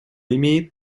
имеет